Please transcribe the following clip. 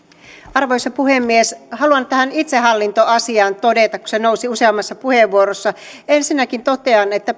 arvoisa puhemies haluan tähän itsehallintoasiaan todeta kun se nousi useammassa puheenvuorossa ensinnäkin totean että